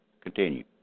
Continue